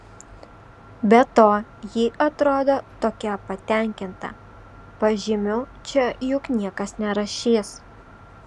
be to ji atrodo tokia patenkinta pažymių čia juk niekas nerašys